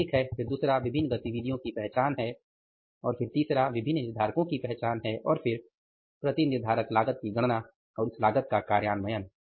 यह एक है फिर दूसरा विभिन्न गतिविधियों की पहचान है और फिर तीसरा विभिन्न निर्धारकों की पहचान है और फिर प्रति निर्धारक लागत की गणना और उस लागत का कार्यान्वयन